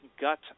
gut